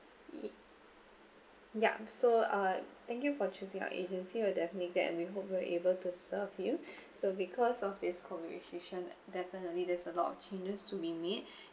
!ee! yup so uh thank you for choosing our agency we're definitely glad and we hope we'll able to serve you so because of this COVID situation definitely there's a lot changes to be made